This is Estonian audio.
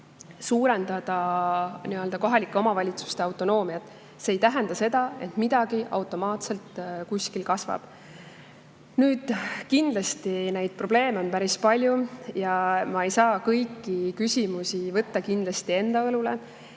suurendada kohalike omavalitsuste autonoomiat. See ei tähenda seda, et maks automaatselt kuskil kasvab. Nüüd, kindlasti probleeme on päris palju ja ma ei saa kõiki neid enda õlule